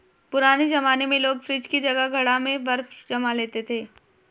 पुराने जमाने में लोग फ्रिज की जगह घड़ा में बर्फ जमा लेते थे